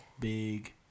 Big